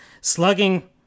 Slugging